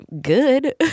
good